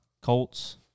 Colts